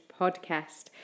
Podcast